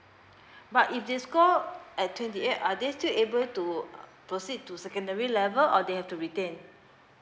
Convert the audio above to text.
but if they score at twenty eight are they still able to proceed to secondary level or they have to retain